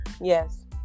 Yes